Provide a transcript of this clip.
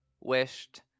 wished